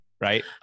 right